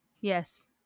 Yes